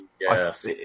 Yes